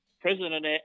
president